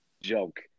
joke